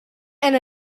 and